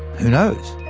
who knows.